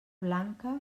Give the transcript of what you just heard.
blanca